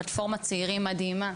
פלטפורמת צעירים מדהימה,